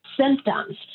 symptoms